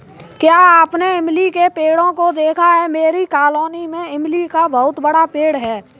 क्या आपने इमली के पेड़ों को देखा है मेरी कॉलोनी में इमली का बहुत बड़ा पेड़ है